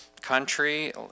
country